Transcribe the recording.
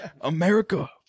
America